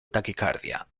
tachycardia